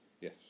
Yes